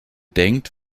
denkt